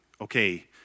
okay